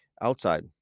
outside